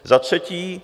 Za třetí.